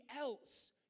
else